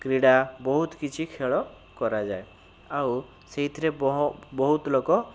କ୍ରିଡ଼ା ବହୁତ କିଛି ଖେଳ କରାଯାଏ ଆଉ ସେଇଥିରେ ବହୁତ ଲୋକ